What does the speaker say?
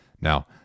Now